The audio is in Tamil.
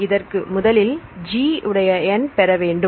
இதற்கு முதலில் G உடைய எண் பெற வேண்டும்